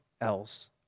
else